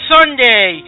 Sunday